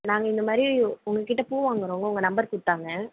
நாங்கள் இந்தமாதிரி உங்கக்கிட்டே பூ வாங்குகிறவங்க உங்கள் நம்பர் கொடுத்தாங்க